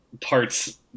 parts